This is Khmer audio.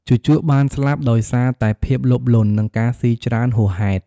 ជូជកបានស្លាប់ដោយសារតែភាពលោភលន់ និងការស៊ីច្រើនហួសហេតុ។